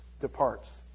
departs